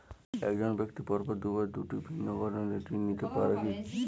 এক জন ব্যক্তি পরপর দুবার দুটি ভিন্ন কারণে ঋণ নিতে পারে কী?